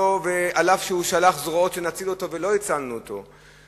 ואף-על-פי שהוא שלח זרועות שנציל אותו ולא הצלנו אותו,